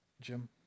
Jim